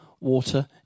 water